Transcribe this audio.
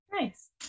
nice